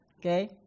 okay